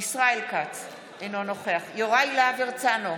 ישראל כץ, אינו נוכח יוראי להב הרצנו,